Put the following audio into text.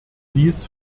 dies